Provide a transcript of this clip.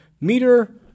meter